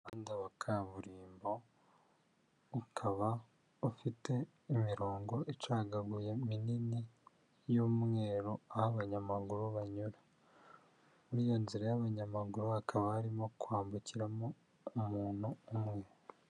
Umuhanda wa kaburimbo, ukaba ufite imirongo icagaguyeye minini, y'umweru, aho abanyamaguru banyura ,muri iyo nzira y'abanyamaguru hakaba harimo kwambukiramo umuntu umwe.